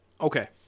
okay